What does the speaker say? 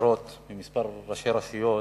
הצהרות מכמה ראשי רשויות,